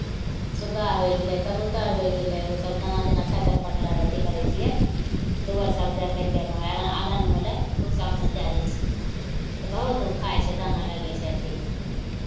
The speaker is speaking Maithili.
सुग्गा होइ गेलै कबूतर होइ गेलै ओसभ दाना जेना छकरपर लऽ अथि करै छियै तऽ ओ अर सभ जाए करि कऽ उहाँ आङ्गन आङ्गनमे होलै तऽ ओ सभमे दए दै छियै तऽ बहुत ओ खाइ छै दाना लगै छै अथि